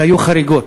והיו חריגות.